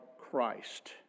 Christ